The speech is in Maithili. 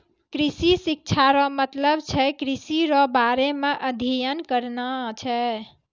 कृषि शिक्षा रो मतलब छै कृषि रो बारे मे अध्ययन करना छै